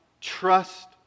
trust